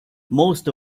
most